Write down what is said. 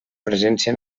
presència